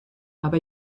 aber